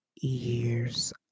years